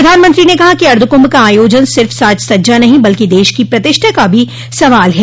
प्रधानमंत्री ने कहा कि अर्द्वकुंभ का आयोजन सिर्फ साज सज्जा नही बल्कि देश की प्रतिष्ठा का भी सवाल है